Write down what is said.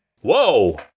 Whoa